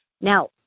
Now